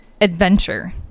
adventure